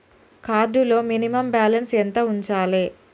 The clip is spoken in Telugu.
కార్డ్ లో మినిమమ్ బ్యాలెన్స్ ఎంత ఉంచాలే?